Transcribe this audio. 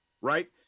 right